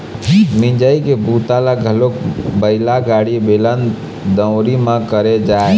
मिंजई के बूता ल घलोक बइला गाड़ी, बेलन, दउंरी म करे जाए